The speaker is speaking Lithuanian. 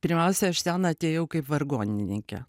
pirmiausia aš ten atėjau kaip vargonininkė